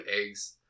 eggs